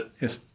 yes